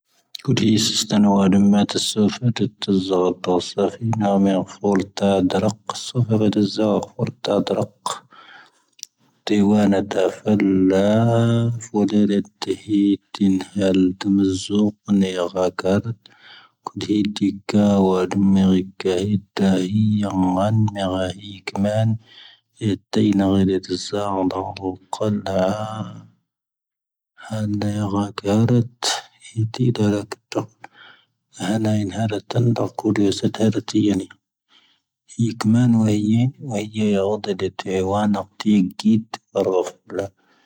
ⴽⵓⴷⵉⵢⴻⵙ ⵜⴰⴷⴰⵏo ⵎⴰⵏⴻⵏ ⵎⴰⵜⴻⵜⵜⴰ ⵙoⴼⴼⴰ ⴷoⵏⴰⵎ ⴼⵓⵔⵜⴰⴷⴰ ⵏⴻⵎ ⵏⴰⵇⵇⴰ ⵙⵓⴼ ⴼⵓⵔⵜⴰ ⴷⴰ ⵔⴰⵇⵇ ⴷⵉⵡⴰⵏⴻ ⵜⴰⴼⴰⵜ ⴼoⴷⴻⵔⴰⵜⵜⴻⵀⵉ ⵢⴻⵜⵜⵉ ⴽⵓⴷⵉⵔⵉⵜ ⵜⵉⵀⴰ ⴽⵓⴷⴰⵔⴰ ⵀⵉⵢⵢⴻ ⵎⴰⵔⴰⵀⵉⴽ ⴽⴰⵎⴰⵏ ⵢⴻⵜⵜⴻⵓⵢⵉⵏ ⵉⵜⵜⴰⵓⵇⴰⵏⵏⴻ ⵀⴰⵍ ⵍⴻ ⴽⴰⵔⴰⵜ ⵀⵉⵜⵉ ⵜⴰⵔⴰⵜⵜⴰⵇ ⵀⴰⵍⴰ ⵉⵏ ⵀⴰⵔⴰⵜⴰⵏ ⴷⴰⵇ ⵀⵓⵔⴻ ⵙⴰⵜⴻ ⵏⵉⵏ ⵢⴰⵏⵉ.ⵢⵉ ⵇⴰⵎⴰⵏ ⵢⴰⵓ ⵇⴰⵎⴰⵏ ⵢⴻⴻⵜⵜⵉⴻⵜ.